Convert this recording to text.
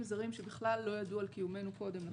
זרים שבכלל לא ידעו על קיומנו קודם לכן.